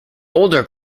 older